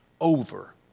over